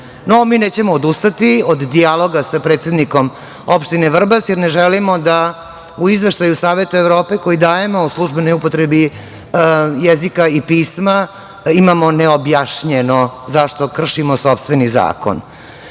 mi nećemo odustati od dijaloga sa predsednikom opštine Vrbas, jer ne želimo da u Izveštaju Saveta Evrope, koji dajemo, o službenoj upotrebi jezika i pisma imamo neobjašnjeno zašto kršimo sopstveni zakon.Zašto